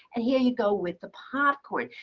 and here you go with the popcorn.